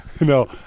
No